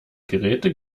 geräte